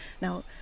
now